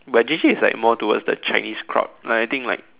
but this is like more towards the Chinese crowd but I think like